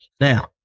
Now